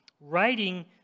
writing